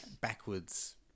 backwards